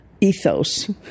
ethos